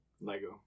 Lego